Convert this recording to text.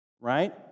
right